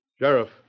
Sheriff